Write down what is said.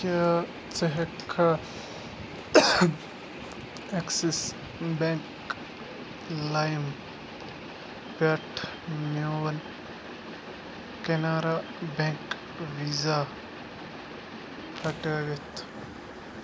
کیٛاہ ژٕ ہٮ۪ککھا ایٚکسِس بیٚنٛک لایِم پٮ۪ٹھ میون کیٚنارا بیٚنٛک ویٖزا ہٹٲوِتھ